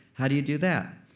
how do you do that?